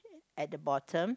at the bottom